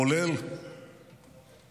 כולל